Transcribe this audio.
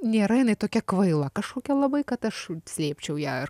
nėra jinai tokia kvaila kažkokia labai kad aš slėpčiau ją ar